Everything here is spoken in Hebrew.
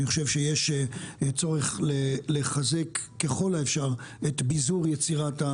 אני חושב שיש צורך לחזק ככל האפשר את ביזור יצירת,